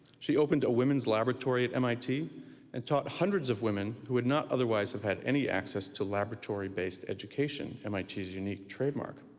she opened a women's laboratory at mit and taught hundreds of women who would not otherwise have had any access to laboratory-based education, mit's unique trademark.